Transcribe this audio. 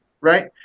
right